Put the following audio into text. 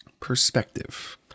perspective